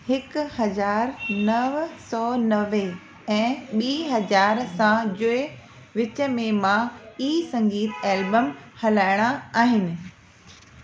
हिक हज़ार नव सौ नवे ऐं ॿी हज़ार सां जे विच मां ई संगीत एल्बम हलाइणा आहिनि